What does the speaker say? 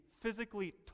physically